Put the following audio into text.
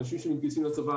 אנשים שמתגייסים לצבא,